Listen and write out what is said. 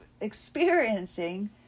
experiencing